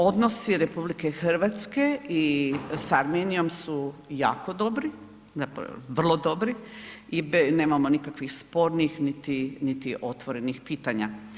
Odnosi RH s Armenijom su jako dobri, vrlo dobri i nemamo nikakvih spornih niti, niti otvorenih pitanja.